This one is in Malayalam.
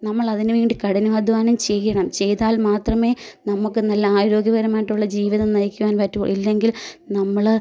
നമ്മളതിനുവേണ്ടി കഠിനാധ്വാനം ചെയ്യണം ചെയ്താൽ മാത്രമേ നമുക്ക് നല്ല ആരോഗ്യപരമായിട്ടുള്ള ജീവിതം നയിക്കുവാൻ പറ്റു ഇല്ലെങ്കിൽ നമ്മൾ